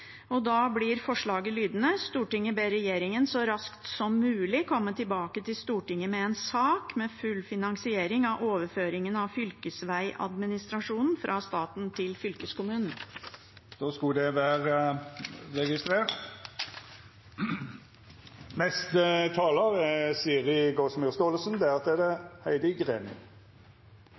og da blir forslaget lydende: «Stortinget ber regjeringen så raskt som mulig komme tilbake til Stortinget med en sak om full finansiering av overføringen av fylkesveiadministrasjonen fra staten til fylkeskommunene.» Då skulle det vera registrert. Jeg er